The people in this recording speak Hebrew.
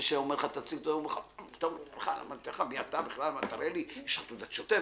זה שאומר לך, מי אתה, תראה לי, יש לך תעודת שוטר.